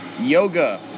Yoga